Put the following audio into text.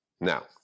now